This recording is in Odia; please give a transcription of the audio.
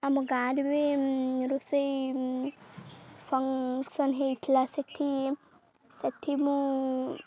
ଆମ ଗାଁରେ ବି ରୋଷେଇ ଫଙ୍କସନ୍ ହେଇଥିଲା ସେଠି ସେଠି ମୁଁ